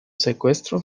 secuestro